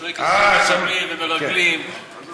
שלא ייכנסו מחבלים ומרגלים,